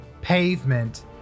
pavement